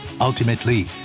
Ultimately